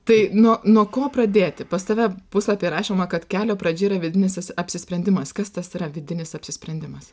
tai nuo nuo ko pradėti pas tave puslapyje rašoma kad kelio pradžia yra vidinis apsisprendimas kas tas yra vidinis apsisprendimas